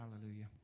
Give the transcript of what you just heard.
Hallelujah